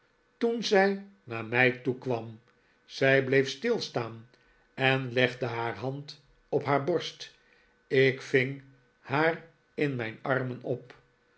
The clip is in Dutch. toen zij naar mij toekwam zij bleef stilstaan en legde haar hand op haar borst ik ving haar in mijn armen op